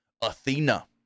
Athena